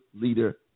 leader